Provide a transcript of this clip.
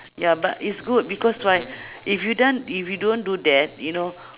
ya but it's good because why if you done if you don't do that you know